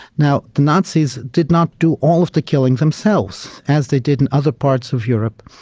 now, the nazis did not do all of the killing themselves. as they did in other parts of europe,